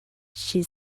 she